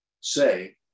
say